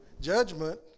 judgment